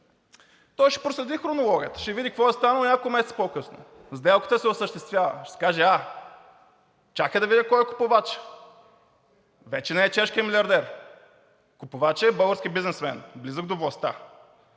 Той ще проследи хронологията, ще види какво е станало и няколко месеца по-късно сделката се осъществява. Ще каже: а, чакай да видя кой е купувачът. Вече не е чешкият милиардер. Купувачът е български бизнесмен, близък до властта.